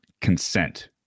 consent